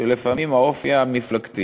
שלפעמים האופי המפלגתי